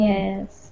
Yes